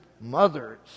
mothers